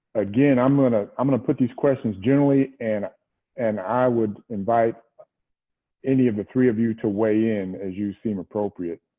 again, i'm going ah i'm going to put these questions generally. and and i would invite any of the three of you to weigh in as you see appropriate.